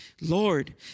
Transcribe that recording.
Lord